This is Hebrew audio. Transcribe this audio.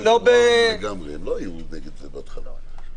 אתה מביא נבוט.